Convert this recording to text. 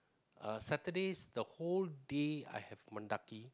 uh Saturdays the whole day I have Mendaki